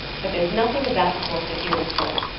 but there's nothing of that sort to fear with him.